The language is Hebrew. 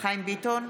חיים ביטון,